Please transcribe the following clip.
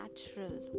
Natural